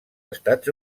estats